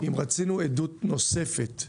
אם רצינו עדות נוספת,